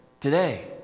today